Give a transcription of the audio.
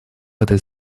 этой